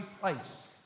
place